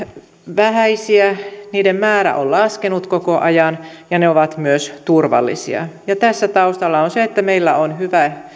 vähäisiä niiden määrä on laskenut koko ajan ja ne ovat myös turvallisia ja tässä taustalla on se että meillä on hyvä